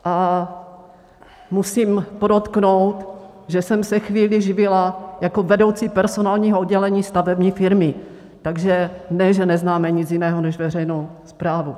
A musím podotknout, že jsem se chvíli živila jako vedoucí personálního oddělení stavební firmy, takže ne, že neznáme nic jiného než veřejnou správu.